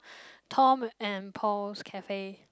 Tom and Paul's Cafe